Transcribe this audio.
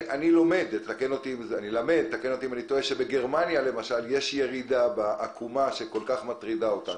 אני למד שבגרמניה למשל יש ירידה בעקומה שכל כך מטרידה אותנו,